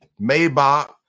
Maybach